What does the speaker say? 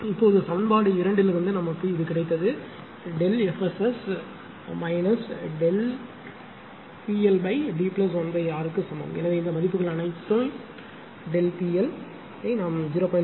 இப்போது சமன்பாடு 2 இலிருந்து நமக்கு இது கிடைத்தது ΔF SS சமம் PLD1R எனவே இந்த மதிப்புகள் அனைத்தையும் ΔP L ஐ நாம் 0